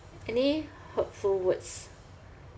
any hurtful words